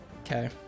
Okay